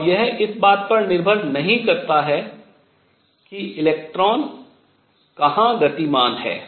और यह इस बात पर निर्भर नहीं करता है कि इलेक्ट्रॉन कहाँ गतिमान है